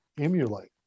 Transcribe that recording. emulate